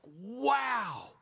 wow